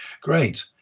Great